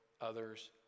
others